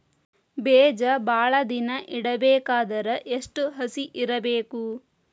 ಬೇಜ ಭಾಳ ದಿನ ಇಡಬೇಕಾದರ ಎಷ್ಟು ಹಸಿ ಇರಬೇಕು?